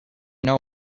know